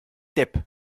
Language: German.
depp